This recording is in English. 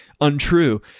untrue